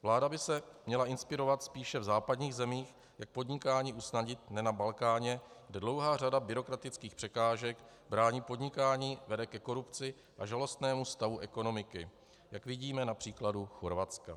Vláda by se měla inspirovat spíše v západních zemích, jak podnikání usnadnit, ne na Balkáně, kde dlouhá řada byrokratických překážek brání v podnikání, vede ke korupci a žalostnému stavu ekonomiky, jak vidíme na příkladu Chorvatska.